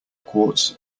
quartz